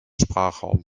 sprachraum